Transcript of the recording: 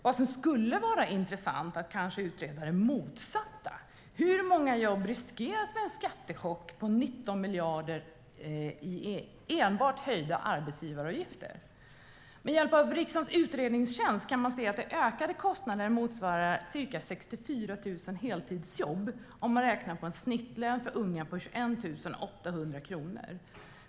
Det som skulle vara intressant att utreda är kanske det motsatta: Hur många jobb riskeras med en skattechock på 19 miljarder i enbart höjda arbetsgivaravgifter? Med hjälp av riksdagens utredningstjänst kan man se att de ökade kostnaderna motsvarar ca 64 000 heltidsjobb, om man räknar med en genomsnittslön för unga på 21 800 kronor.